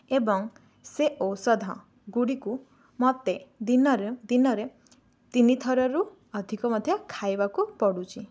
ଏବଂ ସେ ଔଷଧଗୁଡ଼ିକୁ ମୋତେ ଦିନର ଦିନରେ ତିନି ଥରରୁ ଅଧିକ ମଧ୍ୟ ଖାଇବାକୁ ପଡ଼ୁଛି